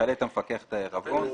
יחלט המפקח את העירבון.